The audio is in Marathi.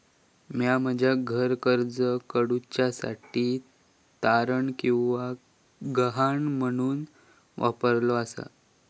म्या माझा घर कर्ज काडुच्या साठी तारण किंवा गहाण म्हणून वापरलो आसा